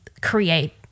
create